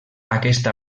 aquesta